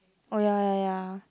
oh ya ya ya